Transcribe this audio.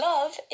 Love